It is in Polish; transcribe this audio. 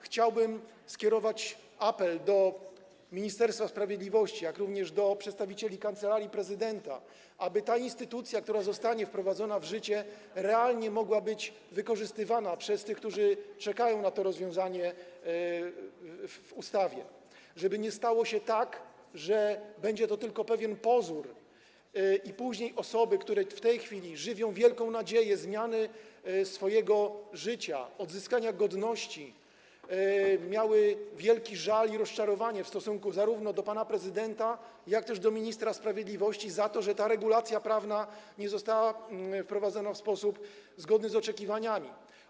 Chciałbym skierować apel do Ministerstwa Sprawiedliwości, jak również do przedstawicieli Kancelarii Prezydenta, aby ta instytucja, która zostanie wprowadzona w życie, realnie mogła być wykorzystywana przez tych, którzy czekają na to rozwiązanie w ustawie, żeby nie stało się tak, że będzie to tylko pewien pozór i później osoby, które w tej chwili żywią wielką nadzieję na zmianę swojego życia, odzyskanie godności, miały wielki żal i rozczarowanie w stosunku zarówno do pana prezydenta, jak i do ministra sprawiedliwości za to, że ta regulacja prawna nie została wprowadzona w sposób zgodny z oczekiwaniami.